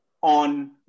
on